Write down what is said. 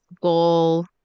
Goal